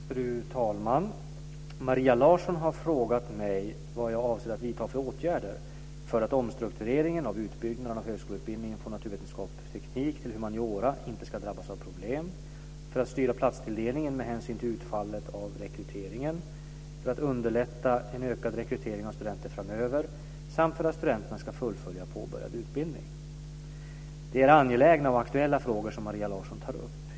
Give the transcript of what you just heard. Fru talman! Maria Larsson har frågat mig vad jag avser att vidta för åtgärder · för att omstruktureringen av utbyggnaden av högskoleutbildningen från naturvetenskap och teknik till humaniora inte ska drabbas av problem, · för att underlätta en ökad rekrytering av studenter framöver samt Det är angelägna och aktuella frågor som Maria Larsson tar upp.